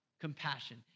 compassion